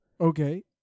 Okay